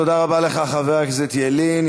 תודה רבה לך, חבר הכנסת ילין.